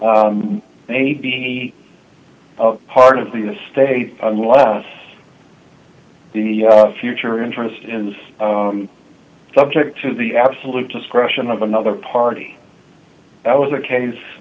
interest may be part of the state unless the future interest in the subject to the absolute discretion of another party that was the case